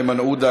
איימן עודה,